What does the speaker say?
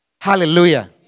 Hallelujah